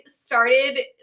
started